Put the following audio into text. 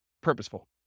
purposeful